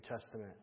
Testament